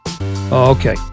Okay